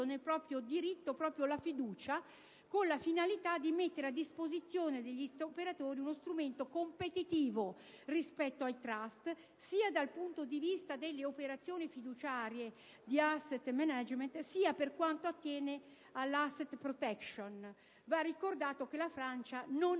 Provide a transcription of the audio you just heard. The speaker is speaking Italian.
nel proprio diritto la "fiducia", con la finalità di mettere a disposizione degli operatori uno strumento competitivo rispetto ai *trust*, sia dal punto di vista delle operazioni fiduciarie di *asset management*, sia per quanto attiene all'*asset protection* (va ricordato, peraltro, che la Francia non